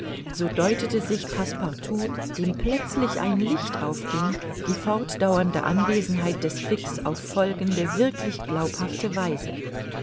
so deutete sich passepartout dem plötzlich ein licht aufging die fortdauernde anwesenheit des fix auf folgende wirklich glaubhafte weise